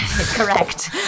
Correct